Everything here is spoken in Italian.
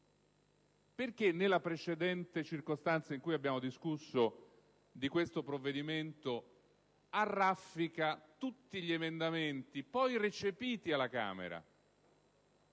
Perché nella precedente circostanza nella quale abbiamo discusso di questo provvedimento, tutti gli emendamenti poi recepiti alla Camera